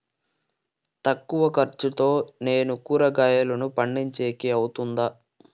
తక్కువ ఖర్చుతో నేను కూరగాయలను పండించేకి అవుతుందా?